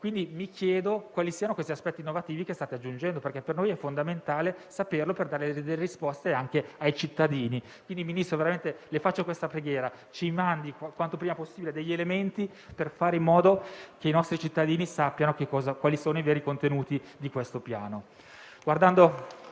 quindi, vi chiedo quali siano gli aspetti innovativi che state aggiungendo perché per noi è fondamentale saperlo per dare risposte anche ai cittadini. Ministro, le faccio questa preghiera: ci mandi prima possibile degli elementi per fare in modo che i nostri cittadini sappiano quali sono i veri contenuti di questo Piano.